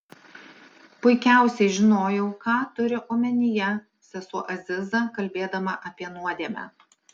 puikiausiai žinojau ką turi omenyje sesuo aziza kalbėdama apie nuodėmę